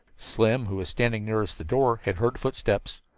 slim, who was standing nearest the door, had heard footsteps.